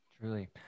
Truly